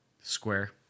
Square